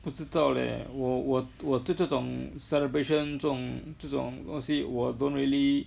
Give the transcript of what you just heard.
不知道 leh 我我我对这种 celebration 这种这种东西我 don't really